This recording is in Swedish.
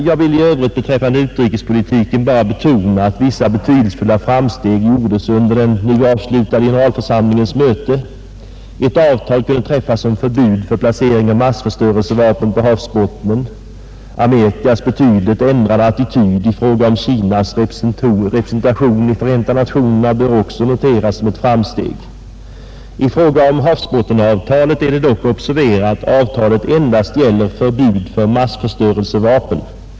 Jag vill i övrigt beträffande utrikespolitiken bara betona att vissa betydelsefulla framsteg gjordes under den nu avslutade generalförsamlingens möte. Ett avtal kunde träffas om förbud för placering av massförstörelsevapen på havsbottnen. Amerikas betydligt ändrade attityd i frågan om Kinas representation i Förenta nationerna bör också noteras som ett framsteg. I fråga om havsbottenavtalet är det dock att observera att avtalet endast gäller förbud för massförstörelsevapen.